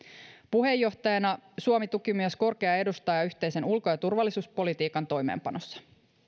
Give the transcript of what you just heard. puheenjohtajana suomi tuki myös korkeaa edustajaa yhteisen ulko ja turvallisuuspolitiikan toimeenpanossa